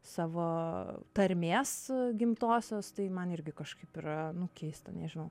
savo tarmės gimtosios tai man irgi kažkaip yra nu keista nežinau